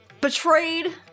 Betrayed